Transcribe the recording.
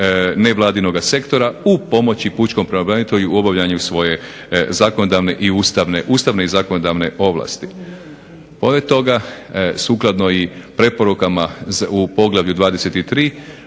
nevladinoga sektora u pomoći pučkom pravobranitelju u obavljanju svoje zakonodavne i ustavne ovlasti. Pored toga sukladno i preporukama u Poglavlju 23.